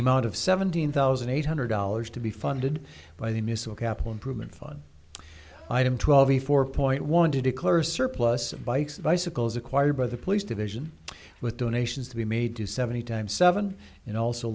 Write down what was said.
the amount of seventeen thousand eight hundred dollars to be funded by the missile capital improvement fun item twelve e four point one to declare a surplus of bikes bicycles acquired by the police division with donations to be made to seventy times seven and also